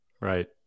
Right